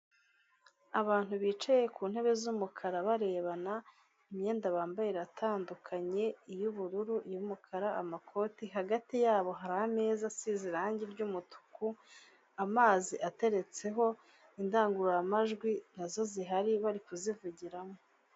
Abantu bicaye ku ntebe z'umukara barebana, imyenda bambaye iratandukanye iy'ubururu, iy'umukara amakoti hagati yabo hari ameza asize irangi ry'umutuku, amazi ateretseho indangururamajwi na zo zihari bari kuzivugiramo.